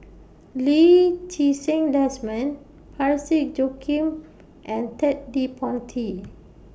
Lee Ti Seng Desmond Parsick Joaquim and Ted De Ponti